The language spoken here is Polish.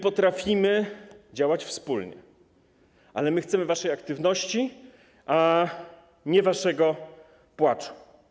Potrafimy działać wspólnie, ale chcemy waszej aktywności, a nie waszego płaczu.